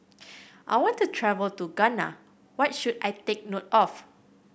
I want to travel to Ghana What should I take note of